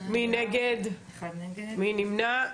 2 נגד, 1 נמנעים,